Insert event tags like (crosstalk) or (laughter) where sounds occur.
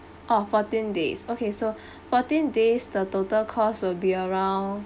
oh fourteen days okay so (breath) fourteen days the total cost will be around